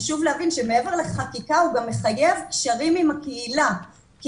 חשוב לבין שמעבר לחקיקה הוא גם מחייב קשרים עם הקהילה כי